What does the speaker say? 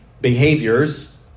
behaviors